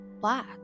black